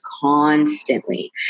constantly